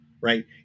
right